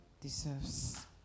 deserves